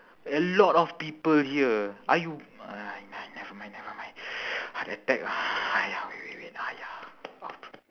a lot of people here are you ah n~ nevermind nevermind heart attack ah !haiya! wait wait wait !haiya!